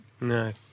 No